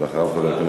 חזק וברוך.